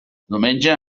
diumenge